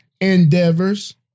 endeavors